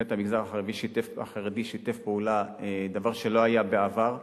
באמת, המגזר החרדי שיתף פעולה, דבר שלא היה בעבר,